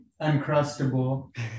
uncrustable